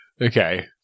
Okay